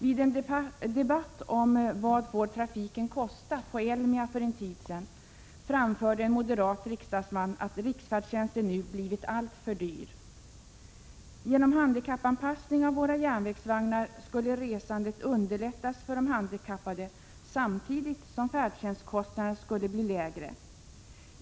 Vid en debatt i ämnet ”Vad får trafiken kosta?” på Elmia för en tid sedan framförde en moderat riksdagsman att riksfärdtjänsten har blivit alltför dyr. Genom handikappanpassning av våra järnvägsvagnar skulle resandet underlättas för de handikappade samtidigt som färdtjänstkostnaderna skulle bli lägre.